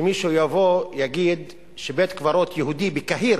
שמישהו יבוא ויגיד שבית-קברות יהודי בקהיר